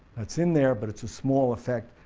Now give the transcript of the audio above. that's in there, but it's a small effect.